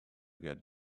get